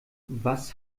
was